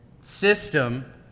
system